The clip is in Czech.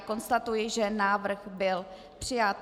Konstatuji, že návrh byl přijat.